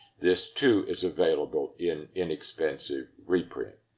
this too is available in inexpensive reprint.